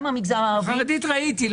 גם במגזר הערבי --- באוכלוסייה החרדית ראיתי,